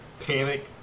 Panic